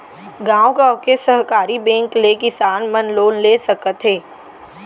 गॉंव गॉंव के सहकारी बेंक ले किसान मन लोन ले सकत हे